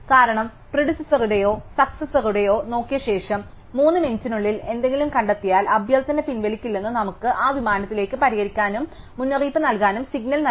കാരണം പ്രിഡിസസറുടെയോ സാക്സസുരടെയോ നോക്കിയ ശേഷം 3 മിനിറ്റിനുള്ളിൽ എന്തെങ്കിലും കണ്ടെത്തിയാൽ അഭ്യർത്ഥന പിൻവലിക്കില്ലെന്ന് നമുക്ക് ആ വിമാനത്തിലേക്ക് പരിഹരിക്കാനും മുന്നറിയിപ്പ് നൽകാനും സിഗ്നൽ നൽകാനും കഴിയും